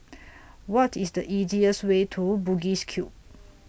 What IS The easiest Way to Bugis Cube